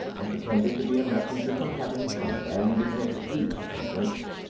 and pretended to be a messenger from heaven commanding him to eat and drink.